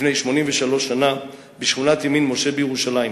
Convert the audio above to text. לפני 83 שנה, בשכונת ימין-משה בירושלים.